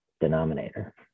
denominator